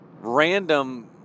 random